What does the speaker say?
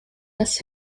des